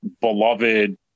beloved